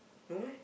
no meh